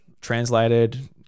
translated